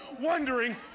wondering